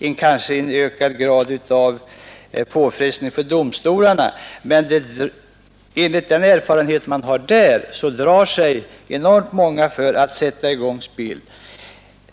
också en ökad påfrestning för domstolarna, men enligt den erfarenhet man har där drar sig enormt många för att sätta i gång spel.